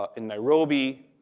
ah in nairobi,